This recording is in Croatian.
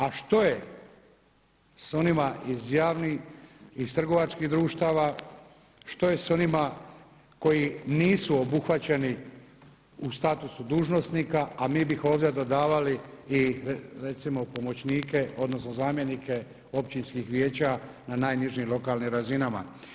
A što je s onima iz javnih iz trgovačkih društava, što je s onima koji nisu obuhvaćeni u statusu dužnosnika, a mi bi ih ovdje dodavali i recimo pomoćnike odnosno zamjenike općinskih vijeća na najnižim lokalnim razinama?